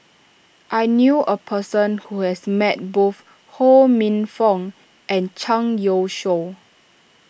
I knew a person who has met both Ho Minfong and Zhang Youshuo